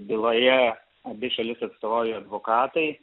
byloje abi šalis atstovauja advokatai